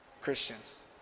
Christians